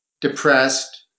depressed